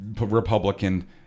Republican